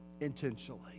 intentionally